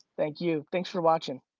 thank you. thanks for watching.